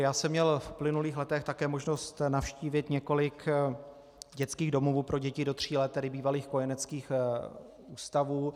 Já jsem měl v uplynulých letech také možnost navštívit několik dětských domovů pro děti do tří let, tedy bývalých kojeneckých ústavů.